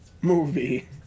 movie